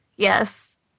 yes